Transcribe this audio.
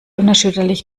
unerschütterlich